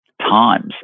times